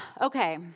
okay